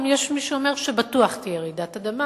יש גם מי שאומר שבטוח תהיה רעידת אדמה,